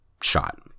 shot